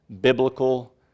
biblical